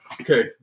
Okay